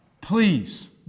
Please